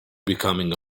becoming